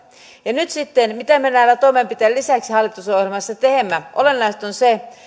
ja mitä me näillä toimenpiteillä lisäksi hallitusohjelmassa teemme niin olennaista on se